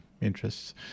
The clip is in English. interests